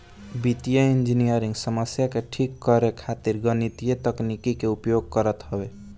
वित्तीय इंजनियरिंग समस्या के ठीक करे खातिर गणितीय तकनीकी के उपयोग करत हवे